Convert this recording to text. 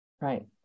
right